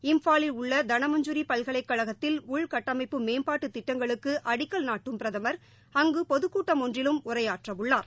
இம்பாலில் உள்ள தனமஞ்சுரி பல்கலைக்கழகத்தில் உள்கட்டமைப்பு மேம்பாட்டு திட்டங்களுக்கு அடிக்கல் நாட்டும் பிரதமர் அங்கு பொதுக் கூட்டம் ஒன்றிலும் உரையாற்றவுள்ளார்